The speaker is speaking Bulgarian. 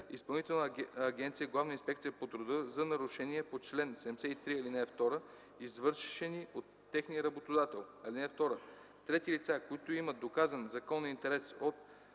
Изпълнителна агенция „Главна инспекция по труда” за нарушения на чл. 73, ал. 2, извършени от техния работодател. (2) Трети лица, които имат доказан законен интерес от